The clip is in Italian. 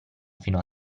fino